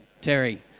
Terry